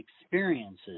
experiences